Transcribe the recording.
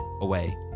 away